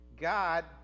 God